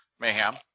mayhem